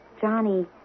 Johnny